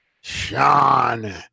Sean